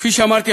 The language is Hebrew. כפי שאמרתי,